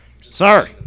Sir